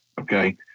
okay